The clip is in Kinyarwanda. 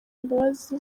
imbabazi